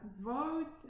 vote